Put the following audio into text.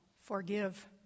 forgive